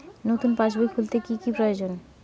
নতুন পাশবই খুলতে কি কি প্রয়োজন?